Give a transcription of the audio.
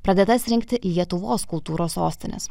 pradėtas rengti lietuvos kultūros sostines